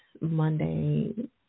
Monday